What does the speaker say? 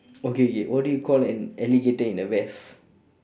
okay okay what do you call an alligator in a vest